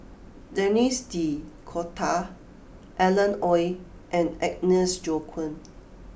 Denis D'Cotta Alan Oei and Agnes Joaquim